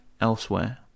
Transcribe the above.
elsewhere